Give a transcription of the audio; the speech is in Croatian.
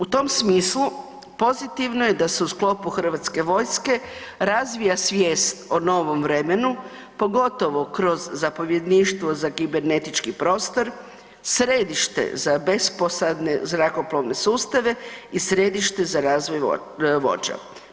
U tom smislu, pozitivno je da su u sklopu HV-a razvija svijest o novom vremenu, pogotovo kroz zapovjedništvo za kibernetički prostor, središte za besposadne zrakoplovne sustave i središte za razvoj vođa.